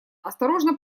осторожно